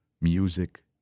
music